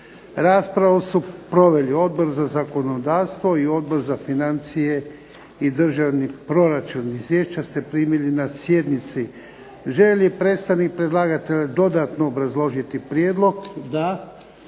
Raspravu su proveli Odbor za zakonodavstvo i Odbor za financije i državni proračun. Izvješća ste primili na sjednici. Želi li predstavnik predlagatelja dodatno obrazložiti prijedlog? Da.